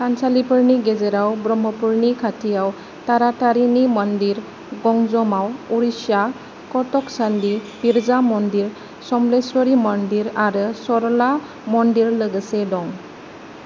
थानसालिफोरनि गेजेराव ब्रह्मपुरनि खाथियाव तारातारिणी मन्दिर गंजमआव उरिष्या कटक चंडी बिरजा मन्दिर समलेश्वरी मन्दिर आरो सरला मन्दिर लोगोसे दं